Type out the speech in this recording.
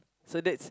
so that's